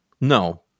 no